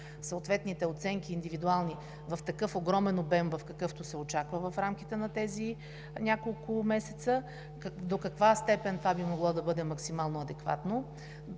съответните индивидуални оценки в такъв огромен обем, в какъвто се очаква в рамките на тези няколко месеца, до каква степен това би могло да бъде максимално адекватно,